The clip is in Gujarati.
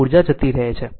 ઉર્જા જતી રહે છે